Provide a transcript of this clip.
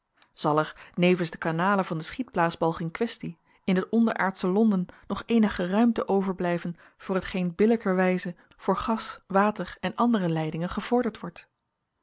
zal er nevens de kanalen van den schietblaasbalg in questie in het onder aardsche londen nog eenige ruimte overblijven voor hetgeen billijkerwijze voor gas water en andere leidingen gevorderd wordt